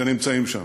שנמצאים שם,